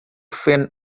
fen